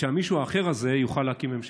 ושהמישהו האחר הזה יוכל להרכיב ממשלה,